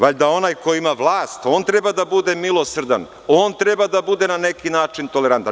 Bar da onaj ko ima vlast, on treba da bude milosrdan, on treba da bude na neki način tolerantan.